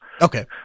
Okay